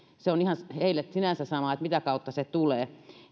se on heille sinänsä sama mitä kautta se tulee